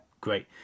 Great